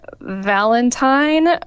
valentine